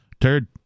Turd